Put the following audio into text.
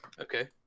Okay